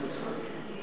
חבר הכנסת יצחק הרצוג.